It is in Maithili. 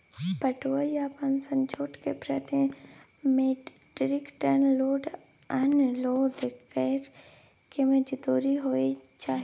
पटुआ या पटसन, जूट के प्रति metric ton load unload करै के की मजदूरी होय चाही?